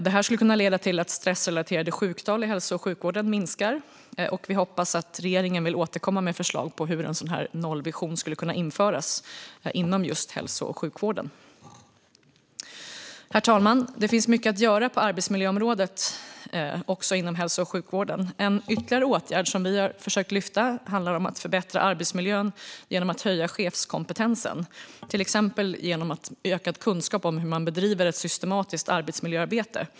Det här skulle kunna leda till att de stressrelaterade sjuktalen i hälso och sjukvården minskar. Vi hoppas att regeringen vill återkomma med förslag på hur en sådan här nollvision skulle kunna införas inom hälso och sjukvården. Herr talman! Det finns mycket att göra på arbetsmiljöområdet även inom hälso och sjukvården. En ytterligare åtgärd som vi har försökt lyfta handlar om att förbättra arbetsmiljön genom att höja chefskompetensen, till exempel genom ökad kunskap om hur man bedriver ett systematiskt arbetsmiljöarbete.